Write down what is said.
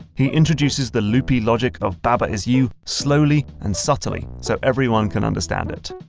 he introduces the loopy logic of baba is you slowly and subtly, so everyone can understand it.